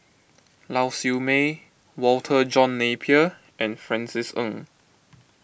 Lau Siew Mei Walter John Napier and Francis Ng